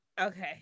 Okay